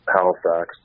Halifax